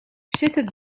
zitten